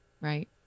right